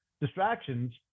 Distractions